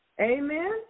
Amen